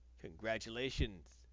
Congratulations